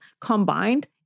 combined